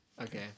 Okay